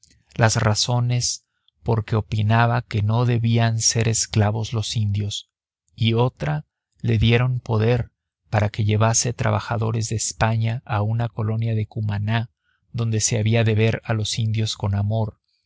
las razones por que opinaba que no debían ser esclavos los indios y otra le dieron poder para que llevase trabajadores de españa a una colonia de cumaná donde se había de ver a los indios con amor